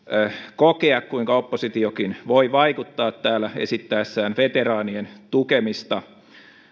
kokea kuinka oppositiokin voi vaikuttaa täällä esittäessään veteraanien tukemista